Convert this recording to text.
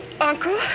Uncle